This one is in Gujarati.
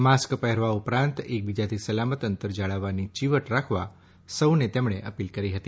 માસ્ક પહેરવા ઉપરાંત એકબીજાથી સલામત અંતર જાળવવાની ચીવટ રાખવા સૌને તેમણે અપીલ કરી હતી